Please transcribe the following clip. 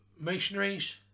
missionaries